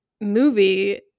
movie